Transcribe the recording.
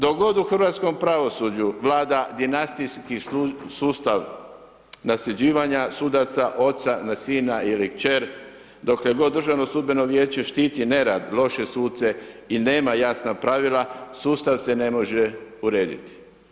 Dok god u hrvatskom pravosuđu vlada dinastijski sustav nasljeđivanja sudaca, oca na sina ili kćer, dokle god Državno sudbeno vijeće štiti nerad, loše suce i nema jasna pravila, sustav se ne može urediti.